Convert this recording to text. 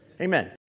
Amen